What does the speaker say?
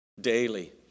daily